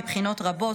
מבחינות רבות,